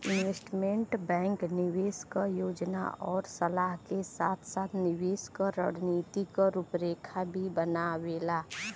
investment bank निवेश क योजना आउर सलाह के साथ साथ निवेश क रणनीति क रूपरेखा भी बनावेला